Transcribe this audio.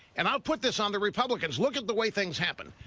and i will put this on the republicans. look at the way things happened.